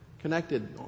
Connected